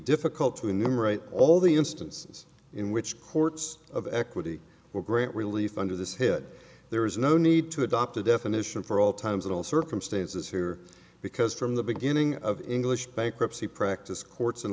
difficult to enumerate all the instances in which courts of equity were great relief under this head there is no need to adopt a definition for all times in all circumstances here because from the beginning of english bankruptcy practice courts